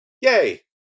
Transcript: yay